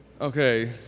Okay